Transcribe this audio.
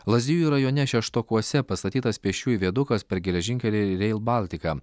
lazdijų rajone šeštokuose pastatytas pėsčiųjų viadukas per geležinkelį rail baltica